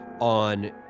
on